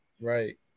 Right